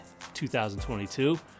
2022